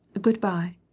Goodbye